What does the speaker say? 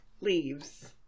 leaves